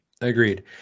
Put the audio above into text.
Agreed